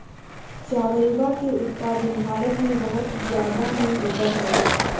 चावलवा के उत्पादन भारत में बहुत जादा में होबा हई